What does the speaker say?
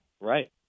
Right